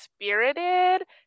spirited